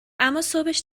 اماصبش